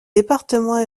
départements